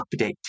update